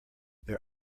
their